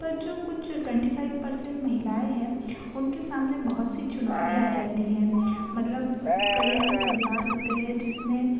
पर जो कुछ ट्वेंटी फाइव परसेंट महिलाएँ हैं उनके सामने बहुत सी चुनौतियाँ आ जाती हैं मतलब कई ऐसे परिवार होते हैं जिसमें